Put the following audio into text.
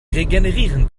regenerieren